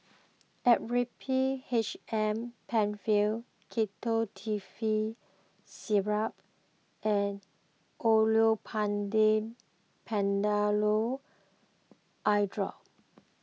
Actrapid H M Penfill Ketotifen Syrup and Olopatadine Patanol Eyedrop